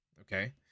okay